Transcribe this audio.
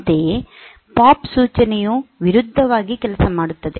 ಅಂತೆಯೇ ಪಾಪ್ ಸೂಚನೆಯು ವಿರುದ್ಧವಾಗಿ ಕೆಲಸ ಮಾಡುತ್ತದೆ